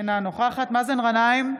אינה נוכחת מאזן גנאים,